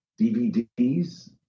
DVDs